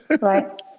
Right